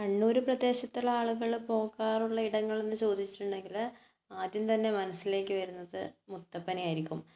കണ്ണൂർ പ്രദേശത്തുള്ള ആളുകൾ പോകാറുള്ള ഇടങ്ങളെന്ന് ചോദിച്ചിട്ടുണ്ടെങ്കിൽ ആദ്യം തന്നെ മനസ്സിലേക്ക് വരുന്നത് മുത്തപ്പനെയായിരിക്കും